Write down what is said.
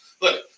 look